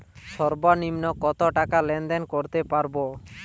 সর্বনিম্ন কত টাকা লেনদেন করতে পারবো?